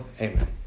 amen